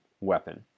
weapon